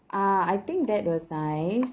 ah I think that was nice